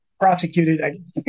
prosecuted